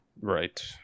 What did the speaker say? Right